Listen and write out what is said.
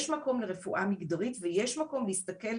שיש מקום לרפואה מגדרית ויש מקום להסתכל,